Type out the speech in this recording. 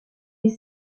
des